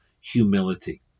humility